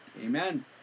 Amen